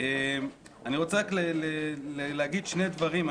אני רוצה רק להגיד שני דברים.